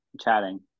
chatting